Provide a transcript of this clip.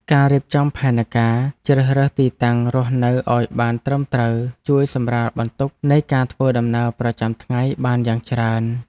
ការរៀបចំផែនការជ្រើសរើសទីតាំងរស់នៅឱ្យបានត្រឹមត្រូវជួយសម្រាលបន្ទុកនៃការធ្វើដំណើរប្រចាំថ្ងៃបានយ៉ាងច្រើន។